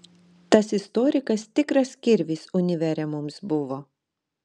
tas istorikas tikras kirvis univere mums buvo